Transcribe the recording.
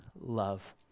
love